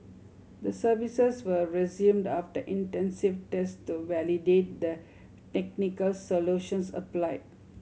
the services were resumed after intensive test to validate the technical solutions applied